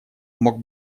мог